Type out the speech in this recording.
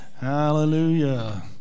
Hallelujah